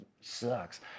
sucks